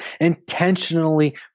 intentionally